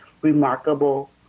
remarkable